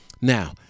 Now